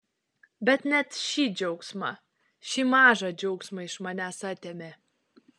bet net šį džiaugsmą šį mažą džiaugsmą iš manęs atėmė